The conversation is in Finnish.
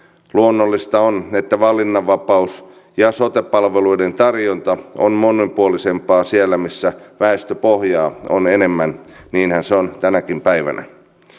tuomiin mahdollisuuksiin luonnollista on että valinnanvapaus ja sote palveluiden tarjonta on monipuolisempaa siellä missä väestöpohjaa on enemmän niinhän se on tänäkin päivänä